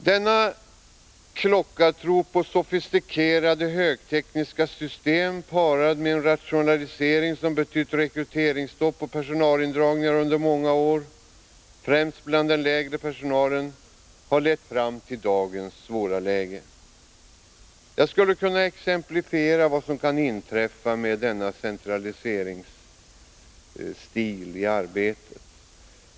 Denna klockartro på sofistikerade högtekniska system, parad med en rationalisering som betytt rekryteringsstopp och personalindragningar under många år — främst bland den lägre personalen — har lett fram till dagens svåra läge. Jag skulle kunna exemplifiera vad som kan inträffa till följd av denna centraliseringsstil i arbetet.